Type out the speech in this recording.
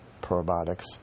probiotics